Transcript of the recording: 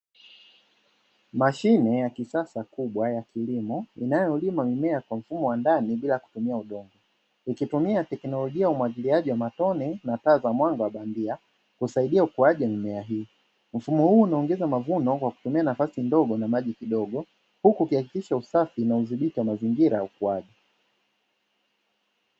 Mashine ya kisasa kubwa ya kilimo inayolima mimea kwa mfumo wa ndani bila kutumia udongo, ikitumia teknolojia ya umwagiliaji wa matone na taa za mwanga wa bandia husaidia ukuaji wa mimea hii. Mfumo huu unaongeza mavuno kwa kutumia nafasi ndogo na maji kidogo huku ukihakikisha usafi na udhibiti wa mazingira ya ukuaji.